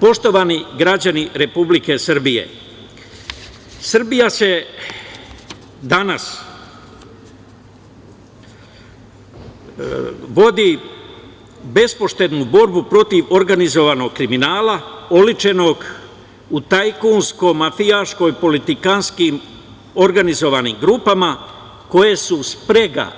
Poštovani građani Republike Srbije, Srbija danas vodi bespoštednu borbu protiv organizovanog kriminala, oličenog u tajkunsko-mafijaško, politikanskim organizovanim grupama koje su sprega